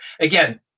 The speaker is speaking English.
Again